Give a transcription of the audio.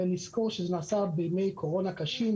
צריך לזכור שזה נעשה בימי קורונה קשים,